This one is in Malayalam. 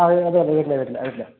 ആ